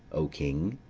o king.